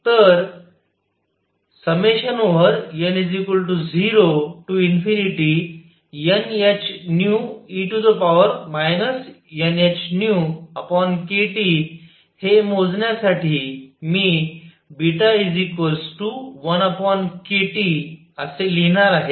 तर n0nhνe nhνkT हे मोजण्यासाठी मी β1kT असे लिहिणार आहे आहे